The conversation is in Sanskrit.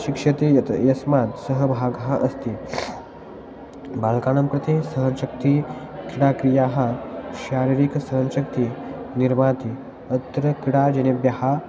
शिक्षति यत् यस्मात् सः भागः अस्ति बालकानां कृते सहनशक्तिः क्रीडाक्रियाः शारीरिकसहनशक्तिं निर्माति अत्र क्रीडा जनेभ्यः